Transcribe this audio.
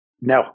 No